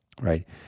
Right